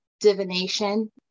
divination